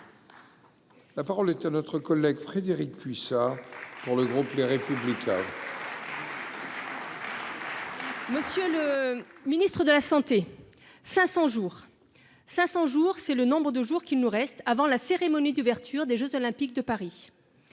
La parole est à notre collègue Frédérique Puissat. Pour le groupe Les Républicains. Monsieur le Ministre, de la Santé. 500 jours 500 jours c'est le nombre de jours qui nous restent avant la cérémonie d'ouverture des Jeux olympiques de Paris.